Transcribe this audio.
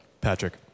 Patrick